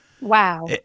wow